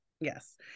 Yes